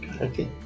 okay